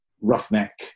roughneck